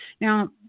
Now